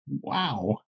wow